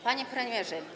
Panie Premierze!